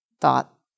Thought